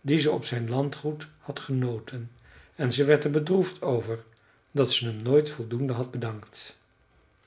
dien ze op zijn landgoed had genoten en ze werd er bedroefd over dat ze hem nooit voldoende had bedankt